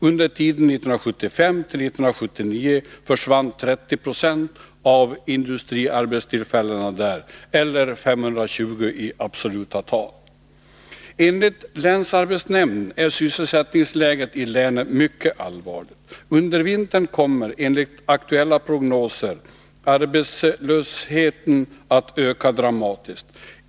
Under tiden 1975-1979 försvann 30 96 av industriarbetstillfällena där, eller 520 i absoluta tal. Enligt länsarbetsnämnden är sysselsättningsläget i länet mycket allvarligt. Under vintern kommer, enligt aktuella prognoser, arbetslösheten att öka dramatiskt.